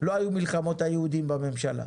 לא היו מלחמות היהודים בממשלה.